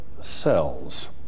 cells